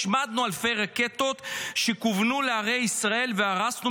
השמדנו אלפי רקטות שכוונו לערי ישראל והרסנו